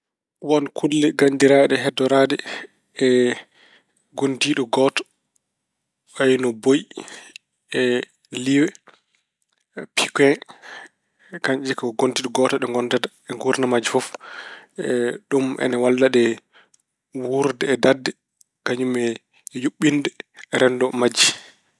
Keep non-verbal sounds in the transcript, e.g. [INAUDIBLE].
Won kulle nganndiraaɗe heddoraade e ngondiiɗo gooto wayno boyi, e liwe, pike. Kañƴe ko ngondiiɗo gooto ɗe ngondata e nguurdam majji. [HESITATION] Ɗum ina walla ɗe wuurde e dadde kañum e yuɓɓinde renndo majje.